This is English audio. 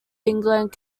england